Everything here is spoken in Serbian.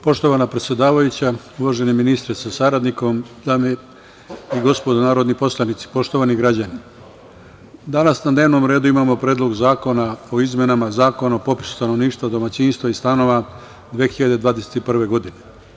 Poštovana predsedavajuća, uvaženi ministre sa saradnikom, dame i gospodo narodni poslanici, poštovani građani, danas na dnevnom redu imamo Predlog zakona o izmenama Zakona o popisu stanovništva, domaćinstva i stanova 2021. godine.